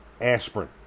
aspirin